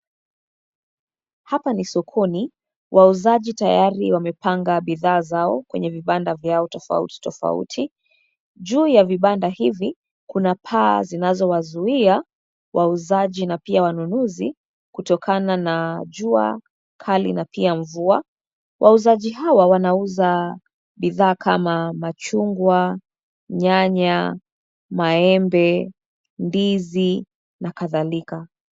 Hapa ni sokoni, wauzaji tayari wamepanga bidhaa zao kwenye vibanda vyao tofauti tofauti. Juu ya vibanda hivi, kuna paa zinazowazuia wauzaji na pia wanunuzi kutokana na jua kali na pia mvua. Wauzaji hawa wanauza bidhaa kama machungwa, nyanya, maembe, ndizi na kadhalika.